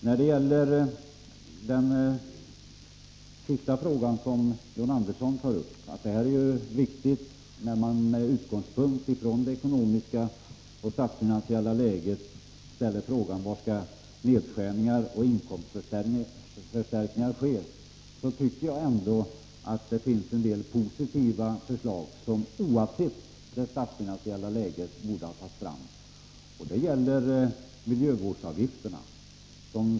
När det gäller det sista som John Andersson tog upp i sin replik, att det är viktigt att med utgångspunkt i det statsfinansiella läget ställa frågan var nedskärningar och inkomstförstärkningar skall ske, tycker jag att det ändå finns en del positiva förslag som oavsett de statsfinansiella läget borde ha tagits fram, t.ex. det om miljövårdsavgifterna.